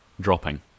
dropping